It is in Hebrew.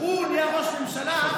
הוא נהיה ראש ממשלה,